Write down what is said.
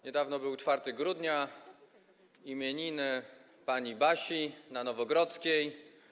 Niedawno był 4 grudnia, imieniny pani Basi na Nowogrodzkiej.